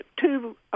two